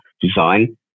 design